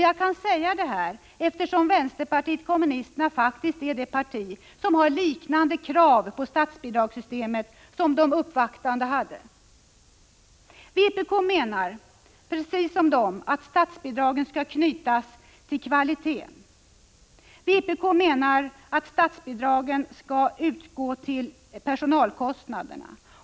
Jag kan säga detta, eftersom vänsterpartiet kommunisterna faktiskt är det parti som har liknande krav på statsbidragssystemet som de uppvaktande har. Vpk menar, precis som de, att statsbidragen skall knytas till kvaliteten och att de skall gå till personalkostnaderna.